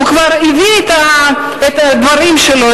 הוא כבר הביא את הדברים שלו,